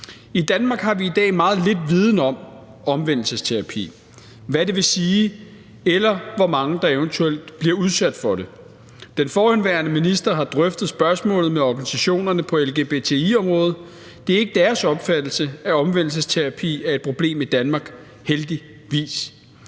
I Danmark har vi i dag meget lidt viden om omvendelsesterapi – altså hvad det vil sige, eller hvor mange der eventuelt bliver udsat for det. Den forhenværende minister har drøftet spørgsmålet med organisationerne på lgbt+-området, og det er ikke deres opfattelse, at omvendelsesterapi er et problem i Danmark, heldigvis.